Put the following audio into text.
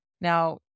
Now